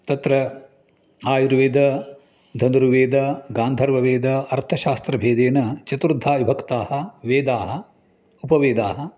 तत्र आयुर्वेदधनुर्वेदगान्धर्ववेद अर्थशास्त्रभेदेन चतुर्धा विभक्ताः वेदाः उपवेदाः